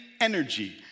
energy